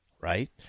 right